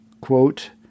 quote